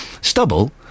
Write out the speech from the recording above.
Stubble